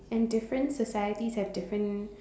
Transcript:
and different societies have different